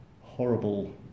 horrible